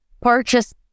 purchase